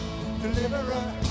deliverer